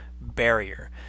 barrier